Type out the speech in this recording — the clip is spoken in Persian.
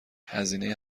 هزینه